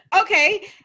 Okay